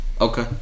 Okay